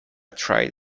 tried